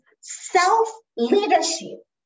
self-leadership